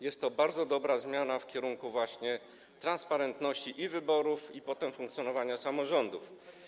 Jest to bardzo dobra zmiana w kierunku właśnie transparentności i wyborów, i potem funkcjonowania samorządów.